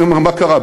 אני אומר: מה קרה?